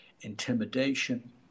intimidation